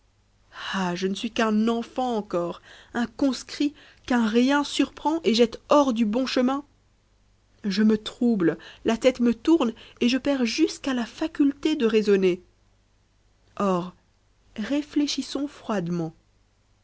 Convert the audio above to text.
ah je ne suis qu'un enfant encore un conscrit qu'un rien surprend et jette hors du bon chemin je me trouble la tête me tourne et je perds jusqu'à la faculté de raisonner or réfléchissons froidement